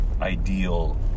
ideal